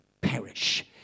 perish